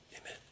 Amen